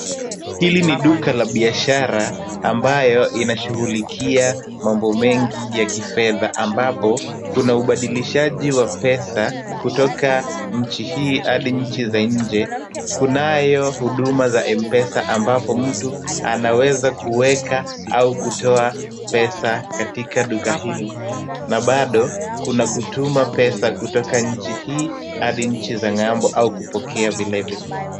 Hili ni duka la biashara ambayo inashughulikia mambo mengi ya kifedha ambapo kuna ubadilishaji wa pesa kutoka nchi hii hadi nchi za nje. Kunayo huduma za M-pesa ambapo mtu anaweza kuweka au kutoa pesa katika duka hili, na bado kuna kutuma pesa kutoka nchi hii hadi nchi za ng'ambo au kupokea vile vile.